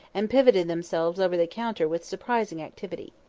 and pivoted themselves over the counter with surprising activity.